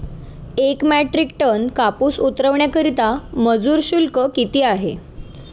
एक metric tonne कापूस उतरवण्याकरता मजूर शुल्क किती आहे?